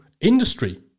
industry